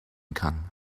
kann